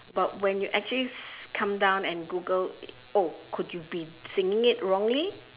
but when you actually come down and google oh could you be singing it wrongly